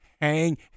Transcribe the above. hang